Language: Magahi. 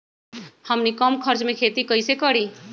हमनी कम खर्च मे खेती कई से करी?